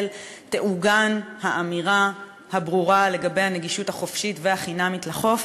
תעוגן האמירה הברורה לגבי הנגישות החופשית והחינמית לחוף.